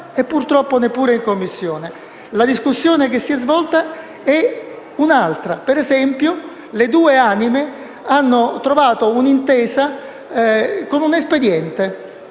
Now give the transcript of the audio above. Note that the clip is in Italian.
e purtroppo neppure in Commissione. La discussione che si è svolta è un'altra. Per esempio, le due anime hanno trovato un'intesa con un espediente